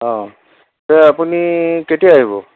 অ' তে আপুনি কেতিয়া আহিব